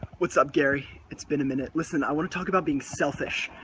what's up gary? it's been a minute. listen, i wanna talk about being selfish.